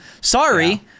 Sorry